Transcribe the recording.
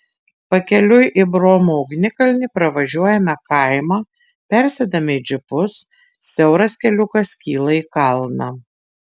pakeliui į bromo ugnikalnį pravažiuojame kaimą persėdame į džipus siauras keliukas kyla į kalną